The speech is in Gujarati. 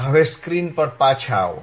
હવે સ્ક્રીન પર પાછા આવો